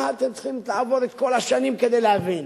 מה, אתם צריכים לעבור את כל השנים כדי להבין?